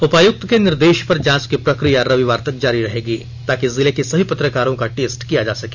उपायुक्त के निर्देश पर जांच की प्रक्रिया रविवार तक जारी रहेगी ताकि जिले के सभी पत्रकारों का टेस्ट किया जा सके